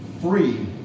free